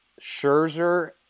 Scherzer